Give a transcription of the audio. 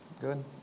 Good